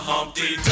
Humpty